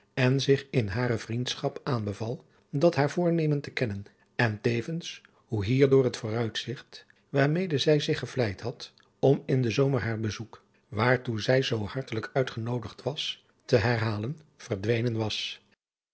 en zich in hare vriendschap aanbeval dat haar voornemen te kennen en tevens hoe hierdoor het vooruitzigt waarmede zij zich gevleid had om in den zomer haar bezoek waartoe zij zoo hartelijk uitgenoodigd was te herhalen verdwenen was